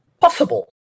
possible